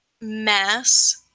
mass